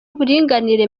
uburinganire